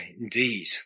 indeed